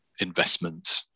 investment